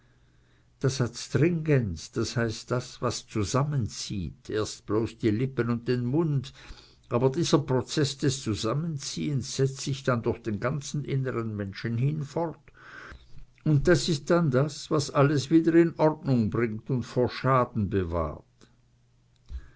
das adstringens das heißt das was zusammenzieht erst bloß die lippen und den mund aber dieser prozeß des zusammenziehens setzt sich dann durch den ganzen inneren menschen hin fort und das ist dann das was alles wieder in ordnung bringt und vor schaden bewahrt